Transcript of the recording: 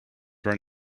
run